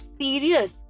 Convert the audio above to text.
serious